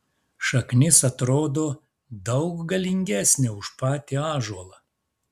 šaknis atrodo daug galingesnė už patį ąžuolą